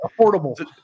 Affordable